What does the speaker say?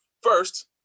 First